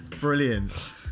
Brilliant